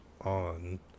on